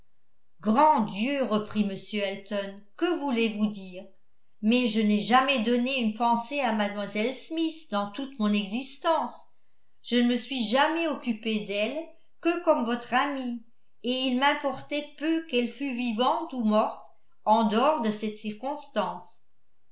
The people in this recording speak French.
grand dieu reprit m elton que voulez-vous dire mais je n'ai jamais donné une pensée à mlle smith dans toute mon existence je ne me suis jamais occupé d'elle que comme votre amie et il m'importait peu qu'elle fût vivante ou morte en dehors de cette circonstance